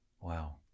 wow